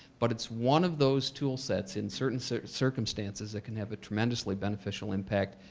but it's one of those tool sets in certain certain circumstances that can have a tremendously beneficial impact,